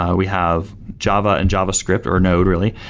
ah we have java and javascript, or node really.